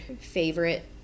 favorite